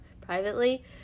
privately